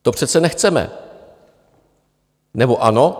To přece nechceme, nebo ano?